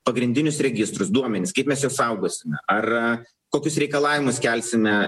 pagrindinius registrus duomenis kaip mes juos saugosime ar kokius reikalavimus kelsime